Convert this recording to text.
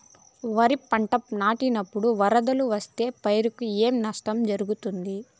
వరిపంట నాటినపుడు వరదలు వస్తే పైరుకు ఏమి నష్టం జరుగుతుంది?